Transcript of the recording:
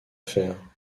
faire